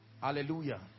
Hallelujah